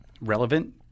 relevant